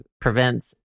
prevents